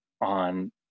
on